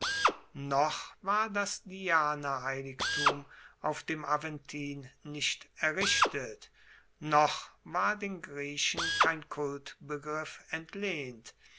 noch war das dianaheiligtum auf dem aventin nicht errichtet noch war den griechen kein kultbegriff entlehnt